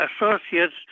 associates